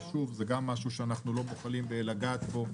שוב, זה גם משהו שאנחנו לא בוחלים בלגעת בו,